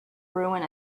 ruin